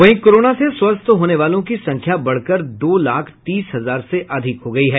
वहीं कोरोना से स्वस्थ होने वालों की संख्या बढ़कर दो लाख तीस हजार से अधिक हो गयी है